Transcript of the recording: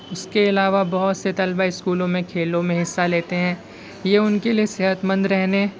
اس کے علاوہ بہت سے طلبہ اسکولوں میں کھیلوں میں حصہ لیتے ہیں یہ ان کے لیے صحت مند رہنے